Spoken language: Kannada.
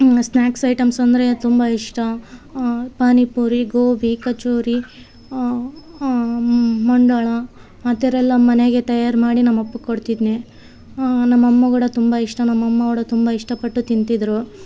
ಇನ್ನು ಸ್ನಾಕ್ಸ್ ಐಟಮ್ಸ್ ಅಂದರೆ ತುಂಬ ಇಷ್ಟ ಪಾನಿಪುರಿ ಗೋಬಿ ಕಚೋರಿ ಮಂಡಳ ಆ ಥರ ಎಲ್ಲ ಮನೆಯಾಗೆ ತಯಾರು ಮಾಡಿ ನಮ್ಮ ಅಪ್ಪಗೆ ಕೊಡ್ತಿದ್ದೆ ನಮ್ಮ ಅಮ್ಮಕೂಡ ತುಂಬ ಇಷ್ಟ ನಮ್ಮ ಅಮ್ಮ ಕೂಡ ತುಂಬ ಇಷ್ಟ ಪಟ್ಟು ತಿಂತಿದ್ರು